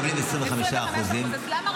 מפקדים מקבלים היום 25%. אז למה רק מפקד?